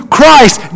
Christ